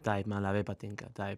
taip man labai patinka taip